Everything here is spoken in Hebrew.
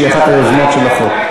שהיא אחת היוזמות של החוק.